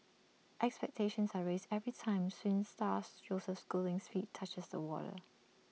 expectations are raised every time swim star Joseph schooling's feet touches the water